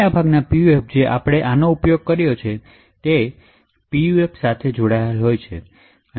મોટાભાગના પીયુએફ આંતરિક પીયુએફ હોય છે